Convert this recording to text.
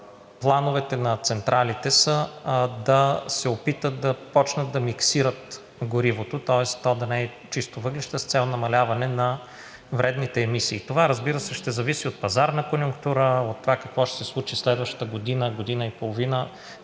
плановете на централите са да се опитат да започнат да миксират горивото, тоест то да не е чисто въглища, с цел намаляване на вредните емисии. Това, разбира се, ще зависи от пазарна конюнктура, от това какво ще се случи следващата година – година и половина